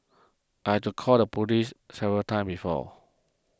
I had to call the police several times before